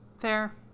Fair